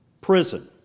prison